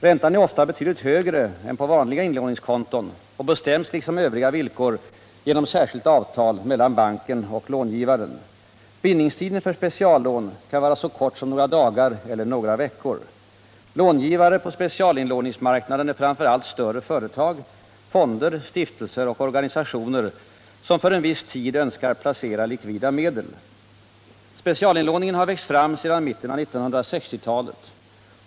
Räntan är ofta Fredagen den betydligt högre än på vanliga inlåningskonton och bestäms liksom övriga 18 november 1977 villkor genom särskilt avtal mellan banken och långivaren. Bindnings== I tiden för speciallån kan vara så kort som några dagar eller några veckor. Om åtgärder för att Långivare på specialinlåningsmarknaden är framför allt större företag, nedbringa den s.k. fonder, stiftelser och organisationer, som för en viss tid önskar placera — specialinlåningen i likvida medel. bankerna Specialinlåningen har växt fram sedan mitten av 1960-talet.